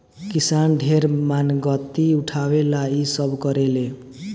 किसान ढेर मानगती उठावे ला इ सब करेले